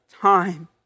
time